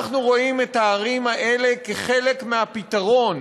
אנחנו רואים את הערים האלה כחלק מהפתרון